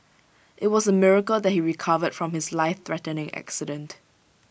IT was A miracle that he recovered from his lifethreatening accident